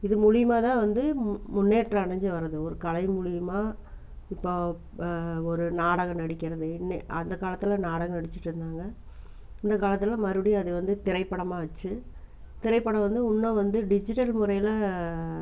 இது மூலியமாகதான் வந்து மு முன்னேற்றம் அடைஞ்சி வருது ஒரு கலை மூலியமாக இப்போ ஒரு நாடகம் நடிக்கிறதுன்னு அந்த காலத்தில் நாடகம் நடிச்சிட்டிருந்தாங்க இந்த காலத்தில் மறுபடி அதை வந்து திரைப்படமாக வச்சு திரைப்படம் வந்து இன்னும் வந்து டிஜிட்டல் முறையில்